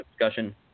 discussion